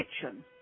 kitchen